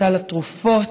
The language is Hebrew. בסל התרופות,